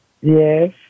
Yes